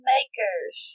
Makers